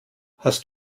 hast